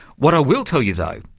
what i will tell you though,